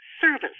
Service